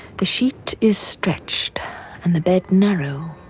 the sheet is stretched and the bed narrow.